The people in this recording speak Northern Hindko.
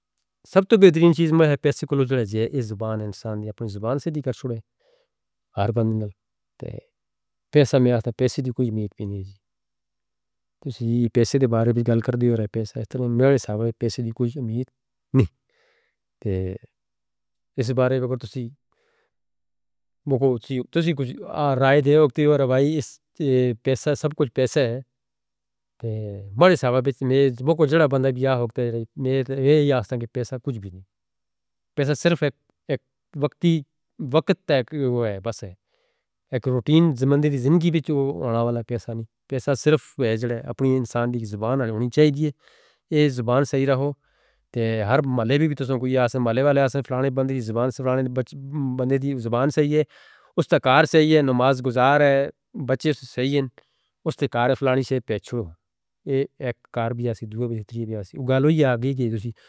سب توں بہترین چیز میں ہے پیسے کولوں دراجیہ، اس زبان انسان دی اپنی زبان سے دی کرچھڑے۔ ہر بندے نال تے پیسہ میراستہ پیسے دی کوئی امید نہیں ہے جی۔ تسی پیسے دے بارے بھی گل کر دے ہو رہ پیسہ۔ اس طرح میرے حساب ہے پیسے دی کوئی امید نہیں۔ اس بارے بگر تسی کچھ آہ رائے دے ہو، تسی کچھ آہ رائے دے ہو، پیسہ سب کچھ پیسہ ہے۔ میرے حساب ہے کہ میرے بندے بھی یہ ہوتا ہے، میرے یہ ہوتا ہے کہ پیسہ کچھ بھی نہیں۔ پیسہ صرف ایک وقتی وقت تک ہے بس ہے۔ ایک روٹین زمانی دی زندگی بچوں رہنا والا پیسہ نہیں، پیسہ صرف اپنی انسان دی زبان نال ہونی چاہیے۔ یہ زبان صحیح رہو، ہر ملے بھی تساں کوئی آسے ملے والے آسے فلانے بندے دی زبان صحیح ہے، اس دا کار صحیح ہے، نماز گزار ہے، بچے صحیح ہیں، اس دا کار فلانے سے پچھو۔ یہ ایک کار بھی ہے، دعا بھی ہے۔ اگلا وہی آگئے جے تسی.